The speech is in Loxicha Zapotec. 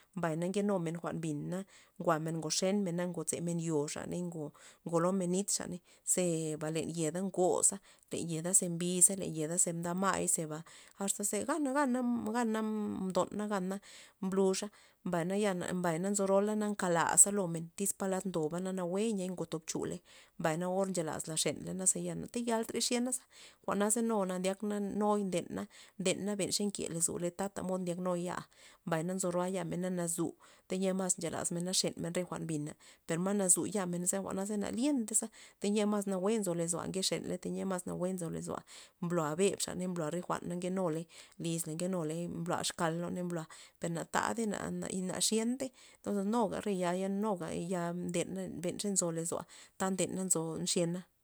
Mbay na nkenumen jwa'n bin na jwa'men ngoxen mena ngozemen yo xaney ngo- go golen nit xaney zeba yeda ngoza le yeda ze mbiza le yeda ze mda ma'y asta ze gaja gana mdona gana mbluxa mbay yana mbay na nzo rola nkelaza lomen tyz palad ndoba na nawue nya ngotob chuley. mbay na or nchelas xenley ze ya tayaltey xiena mbay jwa'naza nu na ndyakna nuy ndena na len xe nke lozoaley tatamod ndyak nua ya mbay na nzo roa' yamen nazu tayia mas nchelasmena xenmen re jwa'n bina per ma nazu yamen za jwa'na za na lientey tya mas nawue nzo lozoa nke xen tayia mas nawue nzo lozoa' mblo'a beb xaney mblo'a re jwa'n ta nkenu ley liz ley nkenuley mblo ezkal loney mbloa per na tadey na xientey entonzes nuga re ya'i nden mdena ben ze nzo lozoa ta ndena nzo nxyena.